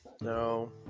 No